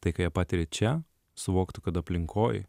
tai ką patiri čia suvoktų kad aplinkoj